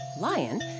Lion